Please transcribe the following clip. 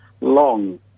long